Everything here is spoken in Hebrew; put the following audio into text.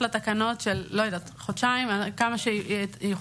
כמו ששמתי לי למטרה שאחמד טיבי לא יהיה